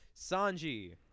sanji